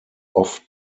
oft